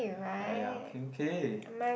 !aiya! okay okay